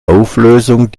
auflösung